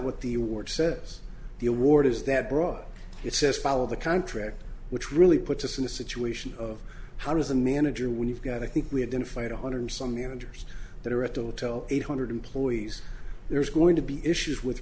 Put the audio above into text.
what the word says the award is that brought it says follow the contract which really puts us in a situation of how does a manager when you've got i think we have to fight a hundred some managers that are at the hotel eight hundred employees there's going to be issues with